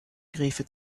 graefe